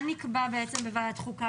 מה נקבע בוועדת חוקה?